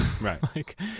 Right